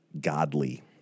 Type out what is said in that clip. godly